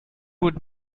would